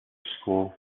school